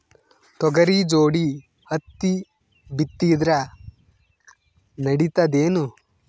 ತೊಗರಿ ಜೋಡಿ ಹತ್ತಿ ಬಿತ್ತಿದ್ರ ನಡಿತದೇನು?